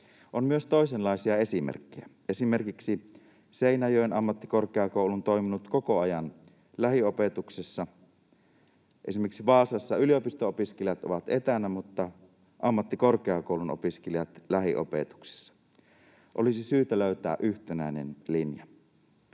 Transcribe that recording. On myös toisenlaisia esimerkkejä. Esimerkiksi Seinäjoen ammattikorkeakoulu on toiminut koko ajan lähiopetuksessa. Esimerkiksi Vaasassa yliopisto-opiskelijat ovat etänä mutta ammattikorkeakoulun opiskelijat lähiopetuksessa. Olisi syytä löytää yhtenäinen linja.